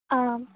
ആ